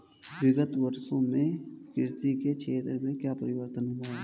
विगत वर्षों में कृषि के क्षेत्र में क्या परिवर्तन हुए हैं?